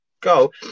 go